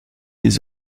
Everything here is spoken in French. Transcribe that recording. des